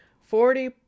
Forty